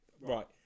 Right